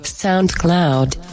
SoundCloud